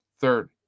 third